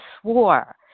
swore